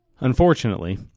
Unfortunately